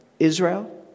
Israel